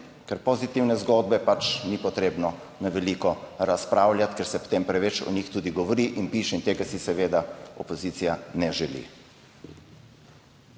ker pozitivne zgodbe pač ni potrebno na veliko razpravljati, ker se potem preveč o njih tudi govori in piše, in tega si seveda opozicija ne želi.